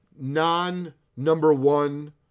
non-number-one